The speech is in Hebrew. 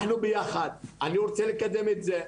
אנחנו ביחד, אני רוצה לקדם את זה.